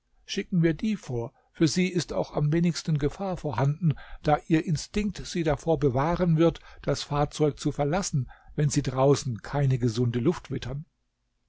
schieben wir die vor für sie ist auch am wenigsten gefahr vorhanden da ihr instinkt sie davor bewahren wird das fahrzeug zu verlassen wenn sie draußen keine gesunde luft wittern